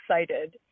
excited